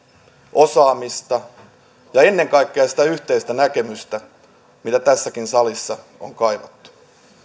osaamista ja ennen kaikkea sitä yhteistä näkemystä mitä tässäkin salissa on kaivattu